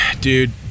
dude